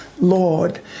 Lord